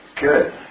Good